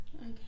Okay